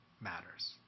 matters